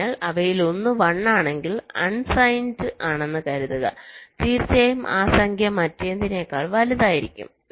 അതിനാൽ അവയിലൊന്ന് 1 ആണെങ്കിൽ അൺസൈൻഡ് ആണെന്ന് കരുതുക തീർച്ചയായും ആ സംഖ്യ മറ്റേതിനേക്കാൾ വലുതായിരിക്കും